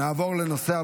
להלן תוצאות